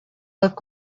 look